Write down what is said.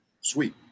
sweet